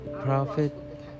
prophet